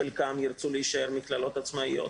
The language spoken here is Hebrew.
האם חלקם ירצו להישאר מכללות עצמאיות?